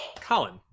Colin